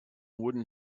wooden